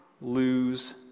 lose